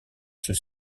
ceux